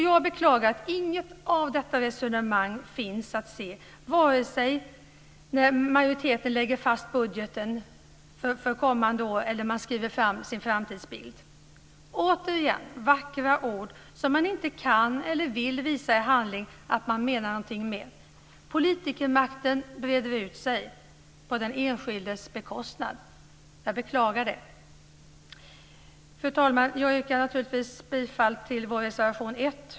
Jag beklagar att inget att detta resonemang finns att se vare sig när majoriteten lägger fast budgeten för kommande år eller när man beskriver sin framtidsbild. Återigen vackra ord som man inte kan eller vill visa i handling att man menar någonting med. Politikermakten breder ut sig - på den enskildes kostnad. Jag beklagar det. Fru talman! Jag yrkar naturligtvis bifall till vår reservation 1.